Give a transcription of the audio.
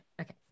Okay